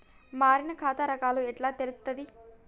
మారిన ఖాతా రకాలు ఎట్లా తెలుత్తది?